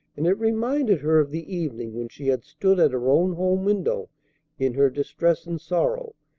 and it reminded her of the evening when she had stood at her own home window in her distress and sorrow,